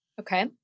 Okay